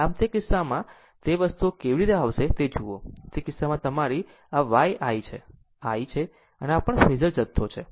આમ તે કિસ્સામાં વસ્તુઓ કેવી રીતે આવશે તે જુઓ તે કિસ્સામાં તમારી આ y i છે આ i છે આ પણ ફેઝર જથ્થો છે